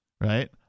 right